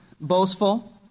boastful